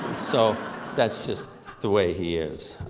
so that's just the way he is.